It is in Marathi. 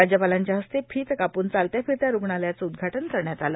राज्यपालांच्या हस्ते फित कापून चालत्या फिरत्या रुग्णालयाचे उद्घाटन करण्यात आले